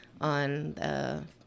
on